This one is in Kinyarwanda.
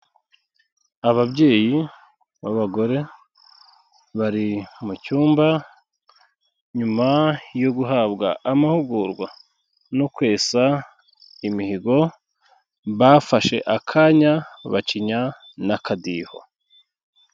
Ababyeyi b'abagore bari mu cyumba, nyuma yo guhabwa amahugurwa no kwesa imihigo, bafashe akanya bacinya n'akadiho.